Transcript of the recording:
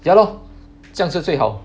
ya lor 这样是最好